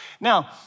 Now